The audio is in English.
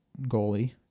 goalie